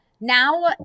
now